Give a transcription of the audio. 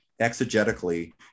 exegetically